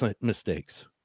mistakes